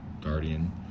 guardian